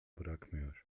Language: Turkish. bırakmıyor